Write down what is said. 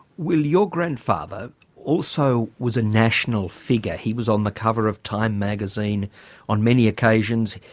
well your grandfather also was a national figure. he was on the cover of time magazine on many occasions.